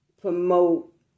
promote